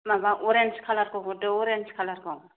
माबा अरेन्स खालारखौ हरदो अरेन्स खालारखौ